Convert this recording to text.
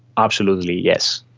absolutely, yes.